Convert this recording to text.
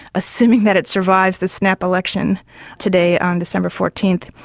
assuming that it survives the snap election today on december fourteen,